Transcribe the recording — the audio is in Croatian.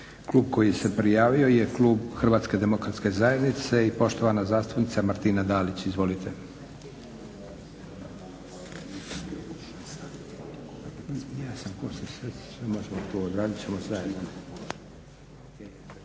klub koji se prijavio je klub Hrvatske zajednice i poštovana zastupnica Martina Dalić. Izvolite.